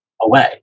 away